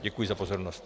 Děkuji za pozornost.